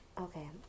okay